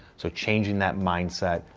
so, changing that mindset,